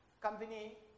company